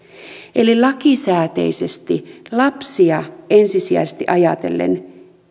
eli lakisääteisesti lapsia ensisijaisesti ajatellen